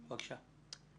בבקשה.